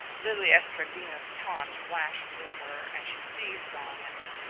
lili estradina's taunt flashed through her and she seized on it.